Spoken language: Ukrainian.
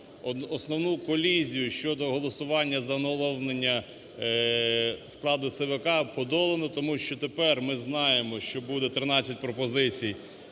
основну колізію щодо голосування за оновлення складу ЦВК подолано, тому що тепер ми знаємо, що буде 13 пропозицій,